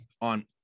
on